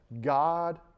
God